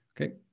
Okay